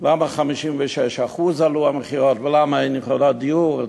למה ב-56% עלו המחירים ולמה אין יכולות דיור.